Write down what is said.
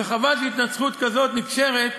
וחבל שהתנצחות שכזאת נקשרת,